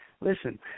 Listen